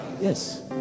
Yes